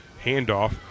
Handoff